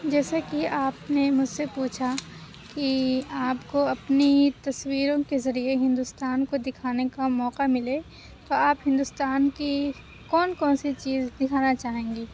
جیسے کہ آپ نے مجھ سے پوچھا کہ آپ کو اپنی تصویروں کے ذریعے ہندوستان کو دکھانے کا موقع ملے تو آپ ہندوستان کی کون کون سی چیز دکھانا چاہیں گی